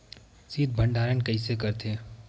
शीत भंडारण कइसे करथे?